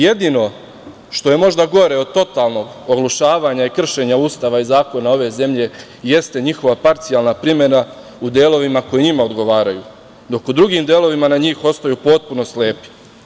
Jedino što je možda gore od totalnog oglušavanja i kršenja Ustava i zakona ove zemlje jeste njihova parcijalna primena u delovima koji njima odgovaraju, dok u drugim delovima na njih ostaju potpuno slepi.